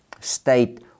state